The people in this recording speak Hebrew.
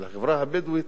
של החברה הבדואית,